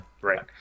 Right